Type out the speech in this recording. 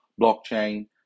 blockchain